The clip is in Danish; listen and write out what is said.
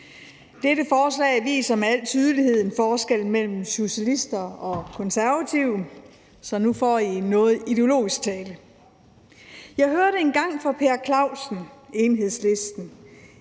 Dette forslag viser med al tydelighed en forskel mellem socialister og konservative, så nu får I en noget ideologisk tale. Jeg hørte engang Per Clausen, Enhedslisten,